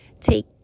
Take